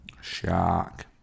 shark